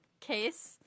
case